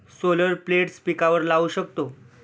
solar plates पिकांवर लाऊ शकतो